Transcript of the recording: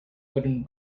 wooden